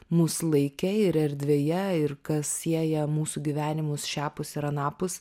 mus laike ir erdvėje ir kas sieja mūsų gyvenimus šiapus ir anapus